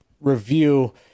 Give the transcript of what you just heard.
review